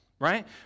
Right